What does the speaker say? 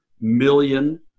million